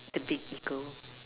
a big ego